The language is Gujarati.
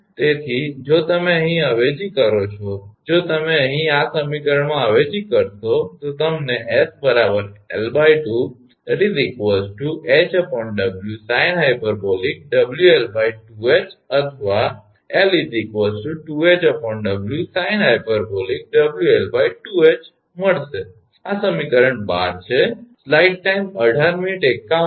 તેથી જો તમે અહીં અવેજી કરો છો જો તમે અહીં આ સમીકરણમાં અવેજી કરશો તો તમને 𝑠 𝑙2 𝐻𝑊sinh𝑊𝐿2𝐻 અથવા 𝑙 2𝐻𝑊sinh𝑊𝐿2𝐻 મળશે આ સમીકરણ 12 છે